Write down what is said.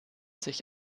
sich